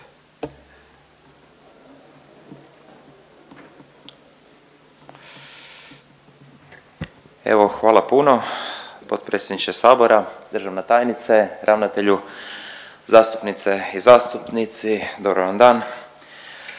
Evo hvala puno potpredsjedniče sabora, državna tajnice, ravnatelju, zastupnice i zastupnici dobar vam dan.